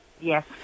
Yes